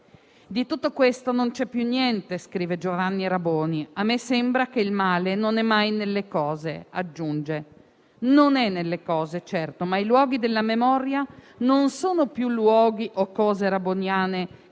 «Di tutto questo non c'è più niente», scrive Giovanni Raboni, e aggiunge: «A me sembra che il male non è mai nelle cose». Non è nelle cose, certo, ma i luoghi della memoria non sono più luoghi o cose raboniane che